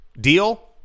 Deal